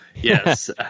Yes